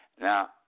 Now